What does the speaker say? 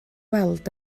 weld